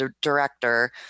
director